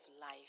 life